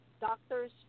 doctors